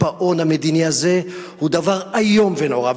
הקיפאון המדיני הזה הוא דבר איום ונורא,